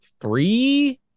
three